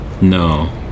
No